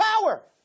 power